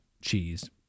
cheese